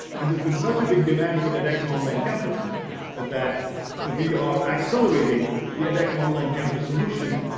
and it has been such a big demand for edx online campus that we are accelerating the edx online campus solution,